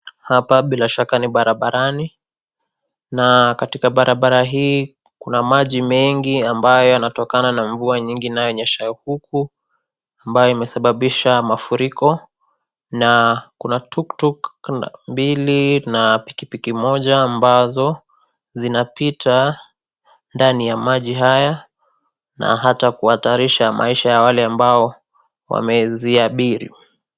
Hapa bila shaka ni barabarani . Na katika barabara hii kuna maji mengi yanayotokana na mvua inayonyesha huku , ambayo imesababisha mafuriko .Na kuna tuktuk mbili na pikipiki moja ambazo zinapita ndani ya maji haya , na hata kuhatarisha maisha ya wale walio ziabiri.